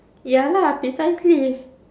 ya lah precisely